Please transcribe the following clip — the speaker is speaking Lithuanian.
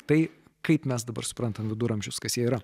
tai kaip mes dabar suprantam viduramžius kas jie yra